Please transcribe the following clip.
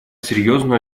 серьезную